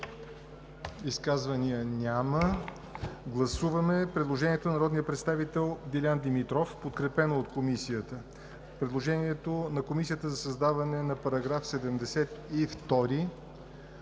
изказвания? Няма. Гласуваме предложението на народния представител Делян Димитров, подкрепено от Комисията; предложението на Комисията за създаване на § 72;